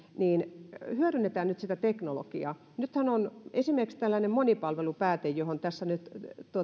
niin hyödynnetään nyt sitä teknologiaa nythän on esimerkiksi tällainen monipalvelupääte johon tässä nyt